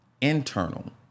internal